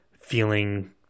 feeling